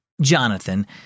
Jonathan